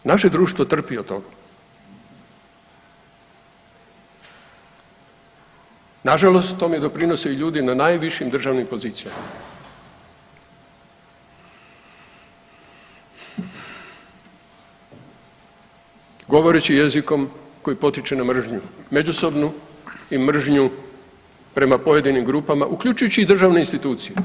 Naše društvo trpi od toga, nažalost tome doprinose i ljudi na najvišim državnim pozicijama, govoreći jezikom koji potiče na mržnju međusobnu i mržnju prema pojedinim grupama uključujući i državne institucije.